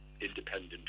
independent